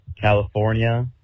California